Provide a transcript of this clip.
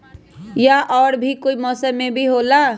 या और भी कोई मौसम मे भी होला?